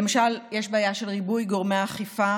למשל, יש בעיה של ריבוי גורמי אכיפה.